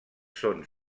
són